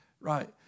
right